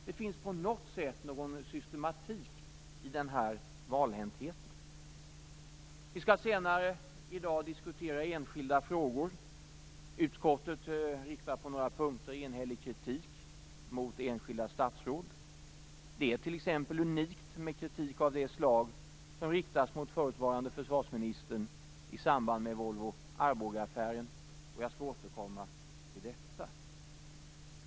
Det finns på något sätt något slags systematik i den här valhäntheten. Vi skall senare i dag diskutera enskilda frågor. Utskottet riktar på några punkter enhällig kritik mot enskilda statsråd. Det är t.ex. unikt med kritik av det slag som riktas mot förutvarande försvarsministern i samband med Volvo-Arboga-affären, och jag skall återkomma till detta.